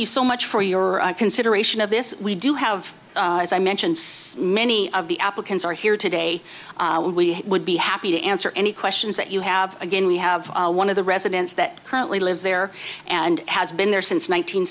you so much for your consideration of this we do have as i mentioned mini of the applicants are here today and we would be happy to answer any questions that you have again we have one of the residents that currently lives there and has been there since